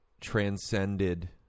transcended